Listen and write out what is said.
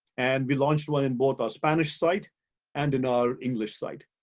and we launched well in both our spanish site and in our english site.